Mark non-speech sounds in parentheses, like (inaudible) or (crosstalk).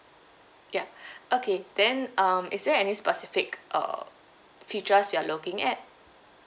ya (breath) okay then um is there any specific uh features you are looking at